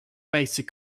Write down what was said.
basic